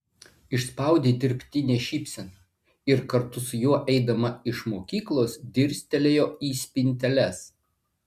išspaudė dirbtinę šypseną ir kartu su juo eidama iš mokyklos dirstelėjo į spinteles